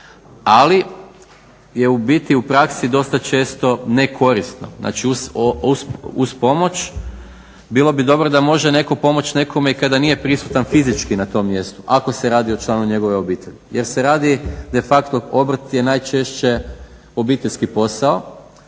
ali je u biti u praksi dosta često nekorisno. Znači, uz pomoć bilo bi dobro da može netko pomoći nekome i kada nije prisutan fizički na tom mjestu, ako se radi o članu njegove obitelji. Jer se radi, de facto obrt je najčešće obiteljski posao